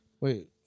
Wait